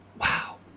Wow